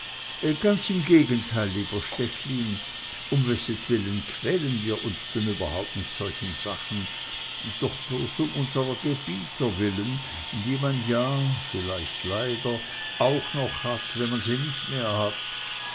ganz im gegenteil lieber stechlin um wessentwillen quälen wir uns denn überhaupt mit solchen sachen doch bloß um unsrer gebieter willen die man ja vielleicht leider auch noch hat wenn man sie nicht mehr hat